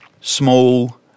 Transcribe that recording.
small